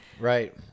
right